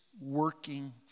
working